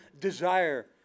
desire